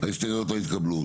ההסתייגויות לא התקבלו.